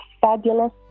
fabulous